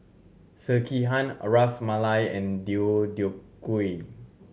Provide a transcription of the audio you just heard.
Sekihan Ras Malai and Deodeok Gui